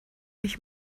ich